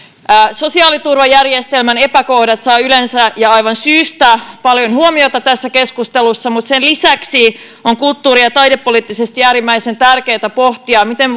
sosiaaliturvajärjestelmän epäkohdat saavat yleensä ja aivan syystä paljon huomiota tässä keskustelussa mutta sen lisäksi on kulttuuri ja taidepoliittisesti äärimmäisen tärkeätä pohtia miten